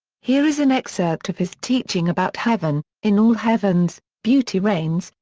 here is an excerpt of his teaching about heaven in all heavens, beauty reigns,